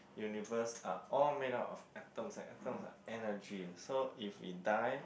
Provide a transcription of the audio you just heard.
universe are all made up of atoms and atoms are energy so if we die